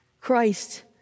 Christ